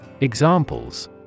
Examples